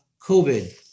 COVID